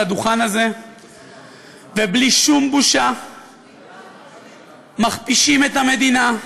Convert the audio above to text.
הדוכן הזה ובלי שום בושה מכפישים את המדינה,